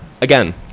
Again